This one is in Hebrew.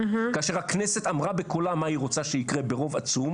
כאשר הכנסת אמרה בקולה מה היא רוצה שיקרה ברוב עצום